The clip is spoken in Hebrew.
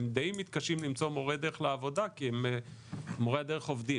הם די מתקשים למצוא מורי דרך לעבודה כי מורי הדרך עובדים.